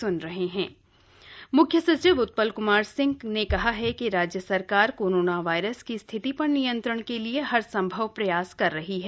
मुख्य सचिव on corona म्ख्य सचिव उत्पल क्मार सिहं ने कहा है कि राज्य सरकार कोरोना वायरस की स्थिति पर नियंत्रण के लिए हर संभव प्रयास कर रही है